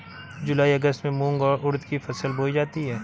जूलाई अगस्त में मूंग और उर्द की फसल बोई जाती है